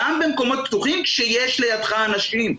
גם במקומות פתוחים כשיש לידך אנשים.